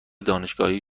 دانشگاهی